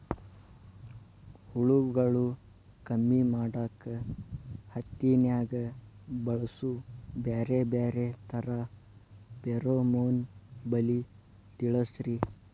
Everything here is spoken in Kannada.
ಹುಳುಗಳು ಕಮ್ಮಿ ಮಾಡಾಕ ಹತ್ತಿನ್ಯಾಗ ಬಳಸು ಬ್ಯಾರೆ ಬ್ಯಾರೆ ತರಾ ಫೆರೋಮೋನ್ ಬಲಿ ತಿಳಸ್ರಿ